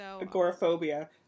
Agoraphobia